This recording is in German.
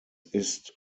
ist